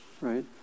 right